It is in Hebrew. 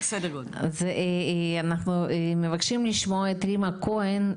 אנחנו מבקשים לשמוע את רימה כהן,